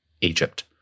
Egypt